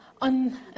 on